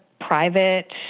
private